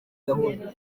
gahunda